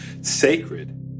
sacred